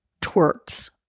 twerks